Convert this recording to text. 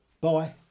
Bye